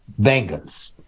Bengals